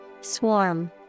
Swarm